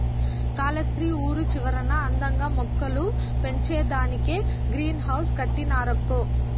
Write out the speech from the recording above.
కాలస్త్రి ఊరి చివరన అందంగా మొక్కలు పెంచేదానికే గ్రీన్ హౌస్ కట్టినారక్కో